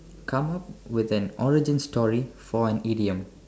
come up with an origin story for an idiom